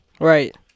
Right